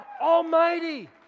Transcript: Almighty